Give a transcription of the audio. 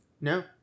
no